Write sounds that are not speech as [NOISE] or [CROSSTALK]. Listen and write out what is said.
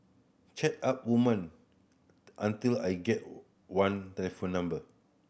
chat up women until I get [UNINTELLIGIBLE] one telephone number